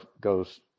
goes